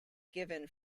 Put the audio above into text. given